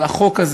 בבקשה.